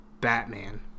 batman